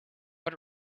but